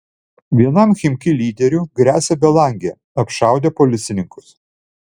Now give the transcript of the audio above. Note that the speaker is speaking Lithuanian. vienam chimki lyderių gresia belangė apšaudė policininkus